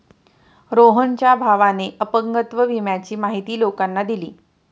रोहनच्या भावाने अपंगत्व विम्याची माहिती लोकांना दिली